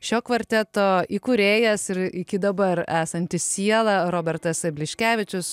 šio kvarteto įkūrėjas ir iki dabar esanti siela robertas bliškevičius